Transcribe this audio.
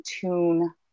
tune